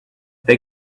they